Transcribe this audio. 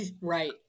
Right